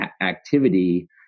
activity